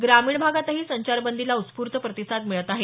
ग्रामीण भागातही संचारबंदीला उत्स्फूत प्रतिसाद मिळत आहे